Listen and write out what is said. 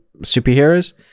superheroes